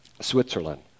Switzerland